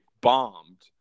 bombed